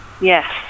Yes